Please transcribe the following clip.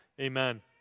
Amen